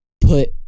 put